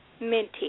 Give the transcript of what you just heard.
minty